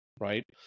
right